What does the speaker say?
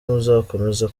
muzakomeza